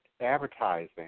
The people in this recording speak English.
advertising